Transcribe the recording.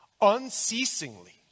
unceasingly